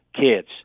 Kids